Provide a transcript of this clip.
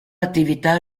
attività